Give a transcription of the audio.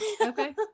Okay